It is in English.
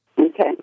Okay